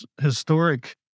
historic